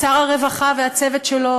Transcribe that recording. שר הרווחה והצוות שלו,